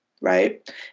right